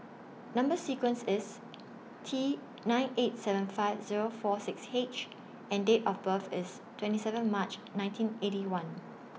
Number sequence IS T nine eight seven five Zero four six H and Date of birth IS twenty seven March nineteen Eighty One